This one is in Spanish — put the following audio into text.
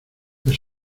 les